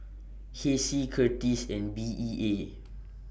Hessie Kurtis and B E A